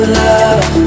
love